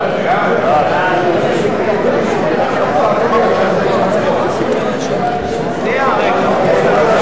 על צירוף שרים לממשלה נתקבלה.